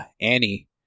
Annie